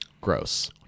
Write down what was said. gross